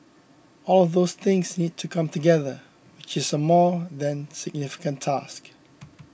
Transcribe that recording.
all of those things need to come together which is a more than significant task